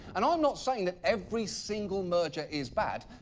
and i'm not saying that every single merger is bad.